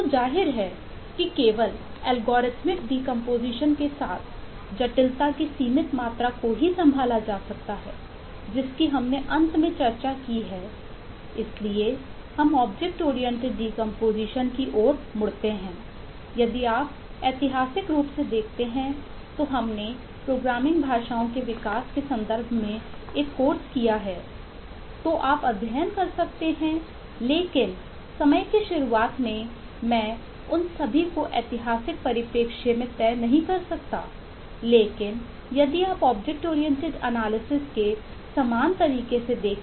तो जाहिर है कि केवल एल्गोरिथम डीकंपोजीशन के समान तरीके से देखें